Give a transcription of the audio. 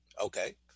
Okay